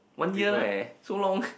one year leh so long